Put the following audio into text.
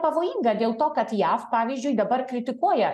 pavojinga dėl to kad jav pavyzdžiui dabar kritikuoja